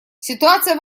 ситуация